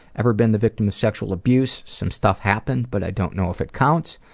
ever been the victim of sexual abuse? some stuff happened but i don't know if it counts.